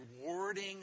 rewarding